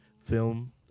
film